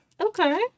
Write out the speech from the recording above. Okay